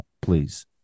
Please